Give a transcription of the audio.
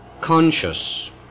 conscious